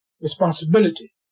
responsibility